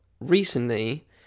recently